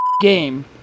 game